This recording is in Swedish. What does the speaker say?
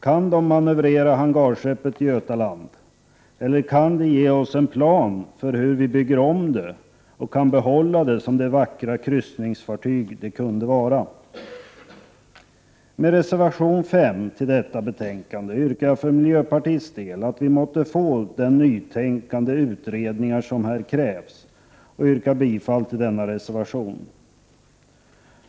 Kan de manövrera ”hangarskeppet Götaland”, eller kan de ge oss en plan för hur vi skall kunna bygga om det för att behålla det som det vackra kryssningsfartyg som det kunde vara? I anslutning till vad som anförs i reservation 5 vid detta betänkande yrkar jag för miljöpartiets del att vi måtte få de nytänkande utredningar som här krävs. Jag yrkar bifall till denna reservation.